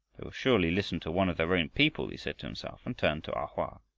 they will surely listen to one of their own people, he said to himself, and turned to a hoa.